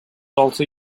also